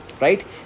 right